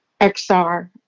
XR